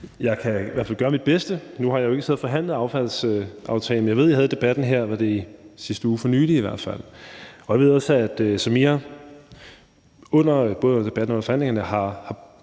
Jeg kan i hvert fald gøre mit bedste. Nu har jeg ikke siddet og forhandlet affaldsaftalen, men jeg ved, at I havde debatten i sidste uge eller i hvert fald for nylig, og jeg ved også, at Samira Nawa under både debatten og forhandlingerne